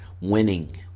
winning